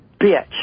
bitch